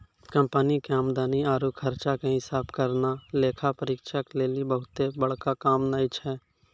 company के आमदनी आरु खर्चा के हिसाब करना लेखा परीक्षक लेली बहुते बड़का काम नै छै